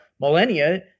millennia